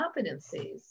competencies